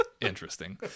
interesting